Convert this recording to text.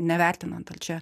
nevertinant ar čia